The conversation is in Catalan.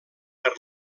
per